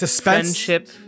friendship